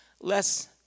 less